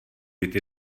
být